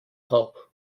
taub